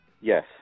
Yes